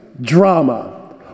drama